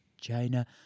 China